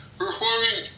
performing